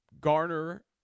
garner